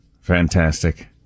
Fantastic